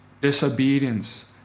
disobedience